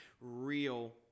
real